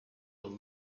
will